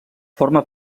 forma